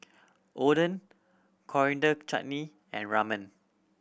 Oden Coriander Chutney and Ramen